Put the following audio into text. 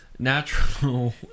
Natural